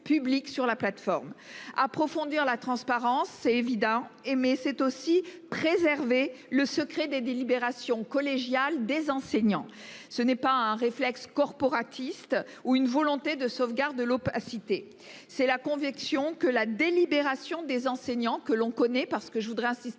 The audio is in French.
public sur la plateforme. Approfondir la transparence, c'est évident. Hé mais c'est aussi préserver le secret des délibérations collégiales des enseignants. Ce n'est pas un réflexe corporatiste ou une volonté de sauvegarde de l'opacité. C'est la conviction que la délibération des enseignants que l'on connaît parce que je voudrais insister